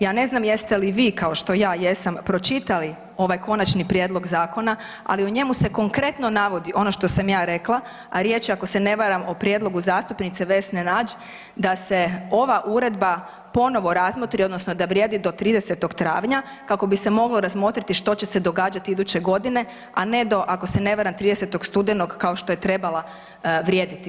Ja ne znam jeste li vi kao što ja jesam pročitali ovaj konačni prijedlog zakona, ali u njemu se konkretno navodi ono što sam ja rekla, a riječ je, ako se ne varam, o prijedlogu zastupnice Vesne Nađ da se ova Uredba ponovo razmotri odnosno da vrijedi do 30. travnja kako bi se moglo razmotriti što će se događati iduće godine, a ne do ako se ne varam, 30. studenog kao što je trebala vrijediti.